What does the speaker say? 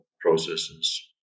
processes